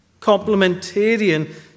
Complementarian